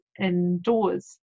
indoors